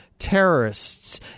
terrorists